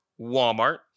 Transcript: Walmart